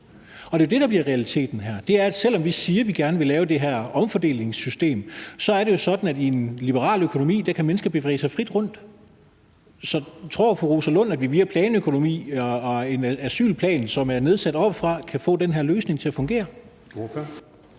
Det er jo det, der bliver realiteten her. Selv om vi siger, at vi gerne vil lave det her omfordelingssystem, er det jo sådan, at i en liberal økonomi kan mennesker bevæge sig frit rundt. Så tror fru Rosa Lund, at vi via planøkonomi og en asylplan, som er nedsat oppefra, kan få den her løsning til at fungere?